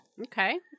Okay